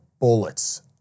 bullets